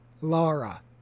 Laura